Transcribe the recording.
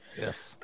yes